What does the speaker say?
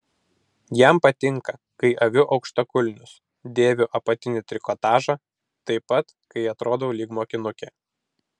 jam patinka kai aviu aukštakulnius dėviu apatinį trikotažą taip pat kai atrodau lyg mokinukė